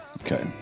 Okay